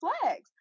Flags